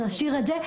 נשאיר את זה.